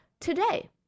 today